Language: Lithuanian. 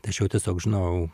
tačiau tiesiog žinau